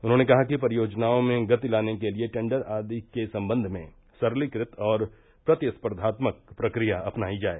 उन्होंने कहा कि परियोजनाओं में गति लाने के लिये टेण्डर आदि के सम्बन्ध में सरलीकृत और प्रतिस्पर्धात्मक प्रक्रिया अपनायी जाए